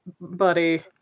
buddy